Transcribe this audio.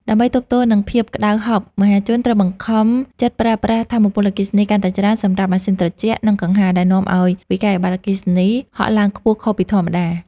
ដើម្បីទប់ទល់នឹងភាពក្តៅហប់ មហាជនត្រូវបង្ខំចិត្តប្រើប្រាស់ថាមពលអគ្គិសនីកាន់តែច្រើនសម្រាប់ម៉ាស៊ីនត្រជាក់ និងកង្ហារ ដែលនាំឱ្យវិក្កយបត្រអគ្គិសនីហក់ឡើងខ្ពស់ខុសពីធម្មតា។